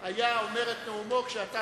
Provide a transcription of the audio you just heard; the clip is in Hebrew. איך אומרים, למה לא תשב אתנו?